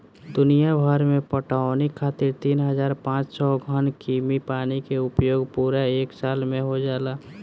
दुनियाभर में पटवनी खातिर तीन हज़ार पाँच सौ घन कीमी पानी के उपयोग पूरा एक साल में हो जाला